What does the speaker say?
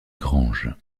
granges